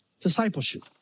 discipleship